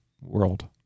world